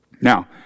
Now